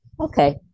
okay